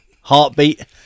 Heartbeat